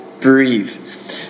Breathe